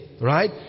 right